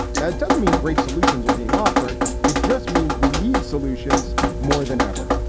that doesn't mean great solutions are being offered. it just means we need solutions more than ever.